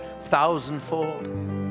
thousandfold